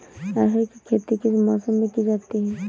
अरहर की खेती किस मौसम में की जाती है?